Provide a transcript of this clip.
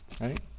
right